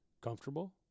comfortable